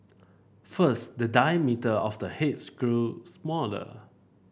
first the diameter of the heads grow smaller